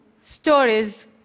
stories